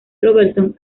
robertson